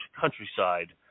Countryside